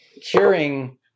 curing